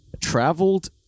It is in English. traveled